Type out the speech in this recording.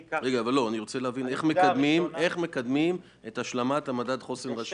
איך מקדמים את השלמת מדד חוסן רשותי?